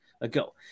ago